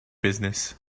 business